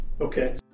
Okay